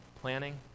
planning